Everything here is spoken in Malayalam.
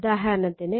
ഉദാഹരണത്തിന്